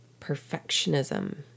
perfectionism